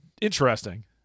interesting